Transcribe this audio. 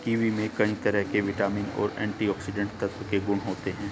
kiwi में कई तरह के विटामिन और एंटीऑक्सीडेंट तत्व के गुण होते है